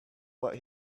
what